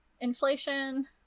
inflation